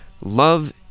Love